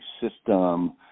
system